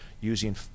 using